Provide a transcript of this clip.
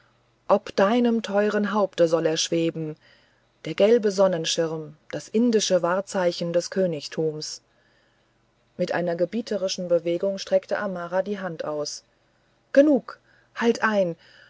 ob deinem teuren haupte soll er schweben der gelbe sonnenschirm das indische wahlzeichen des königtums mit einer gebieterischen bewegung streckte amara die hand aus genug halt ein